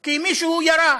כי מישהו ירה.